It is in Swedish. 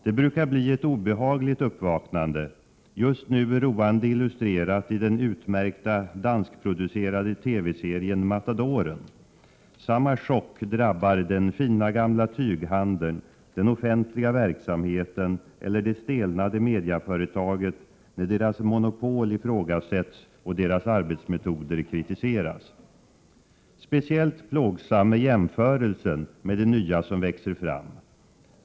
Det brukar bli ett obehagligt uppvaknande — just nu roande illustrerat i den utmärkta danskproducerade TV-serien Matadoren. Samma chock drabbar den fina gamla tyghandeln, den offentliga verksamheten eller det stelnade mediaföretaget när deras monopol ifrågasätts och deras arbetsmetoder kritiseras. Speciellt plågsam är jämförelsen med det nya som växer fram.